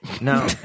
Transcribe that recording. No